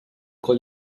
call